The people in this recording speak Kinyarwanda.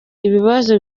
ibibazo